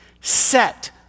set